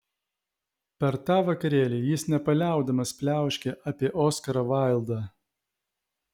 per tą vakarėlį jis nepaliaudamas pliauškė apie oskarą vaildą